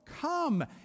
come